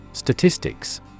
Statistics